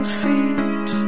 feet